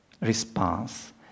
response